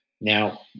Now